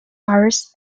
hours